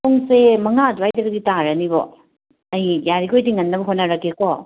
ꯄꯨꯡꯁꯦ ꯃꯉꯥ ꯑꯗ꯭ꯋꯥꯏꯗꯗꯒꯗꯤ ꯇꯥꯔꯅꯤꯕꯣ ꯑꯩ ꯌꯥꯔꯤꯈꯣꯏꯗꯤ ꯉꯟꯅꯕ ꯍꯣꯠꯅꯔꯛꯀꯦꯀꯣ